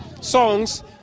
songs